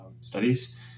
studies